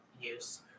use